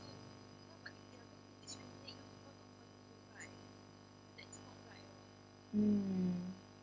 mm